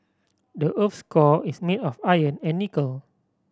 the earth's core is made of iron and nickel